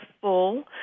full